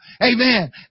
Amen